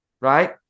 right